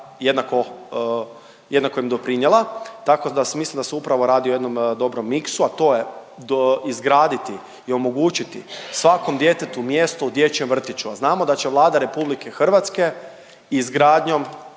jednako im doprinijela. Tako da mislim da se upravo radi o jednom dobrom miksu, a to je izgraditi i omogućiti svakom djetetu mjesto u dječjem vrtiću, a znamo da će Vlada Republike Hrvatske izgradnjom